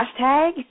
Hashtag